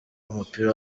w’umupira